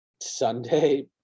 Sunday